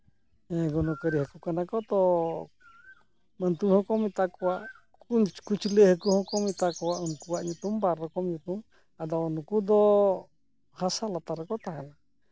ᱜᱩᱱᱚᱠᱟᱨᱤ ᱦᱟᱠᱩ ᱠᱟᱱᱟ ᱠᱚ ᱛᱚ ᱱᱚᱱᱛᱩ ᱦᱚᱸᱠᱚ ᱢᱮᱛᱟ ᱠᱚᱣᱟ ᱠᱩᱪ ᱠᱩᱪᱞᱟᱹ ᱦᱟᱹᱠᱩ ᱦᱚᱸᱠᱚ ᱢᱮᱛᱟ ᱠᱚᱣᱟ ᱩᱱᱠᱩᱣᱟᱜ ᱧᱩᱛᱩᱢ ᱵᱟᱨ ᱨᱚᱠᱚᱢ ᱧᱩᱛᱩᱢ ᱟᱫᱚ ᱩᱱᱠᱩ ᱫᱚ ᱦᱟᱥᱟ ᱞᱟᱛᱟᱨ ᱨᱮᱠᱚ ᱛᱟᱦᱮᱱᱟ